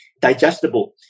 digestible